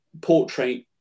portrait